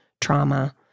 trauma